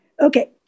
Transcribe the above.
Okay